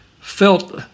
felt